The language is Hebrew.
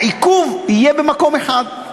העיכוב יהיה במקום אחד.